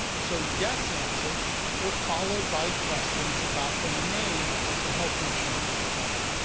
so, yes answers were followed by questions about the name of the health insurance plan.